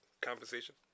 compensation